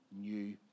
new